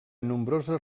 nombroses